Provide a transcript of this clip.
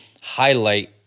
highlight